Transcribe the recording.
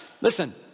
Listen